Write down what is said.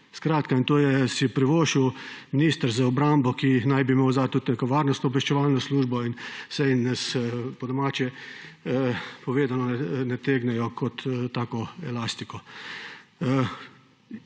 In to si je privoščil minister za obrambo, ki naj bi imel zadaj tudi neko varnostno-obveščevalno službo. In so nas, po domače povedano, nategnili kot tako elastiko.